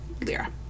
lira